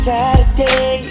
Saturday